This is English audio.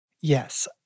Yes